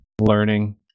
learning